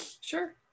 Sure